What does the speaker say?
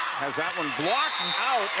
that one blocked and out.